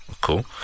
Cool